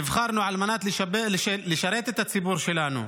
נבחרנו על מנת לשרת את הציבור שלנו.